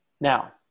Now